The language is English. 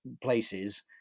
places